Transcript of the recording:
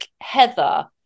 Heather